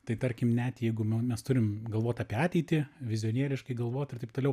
tai tarkim net jeigu mes turim galvot apie ateitį vizionieriškai galvot ir taip toliau